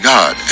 God